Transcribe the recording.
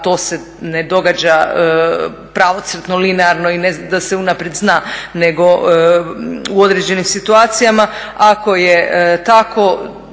to se ne događa pravocrtno, linearno i da se unaprijed zna, nego u određenim situacijama ako je tako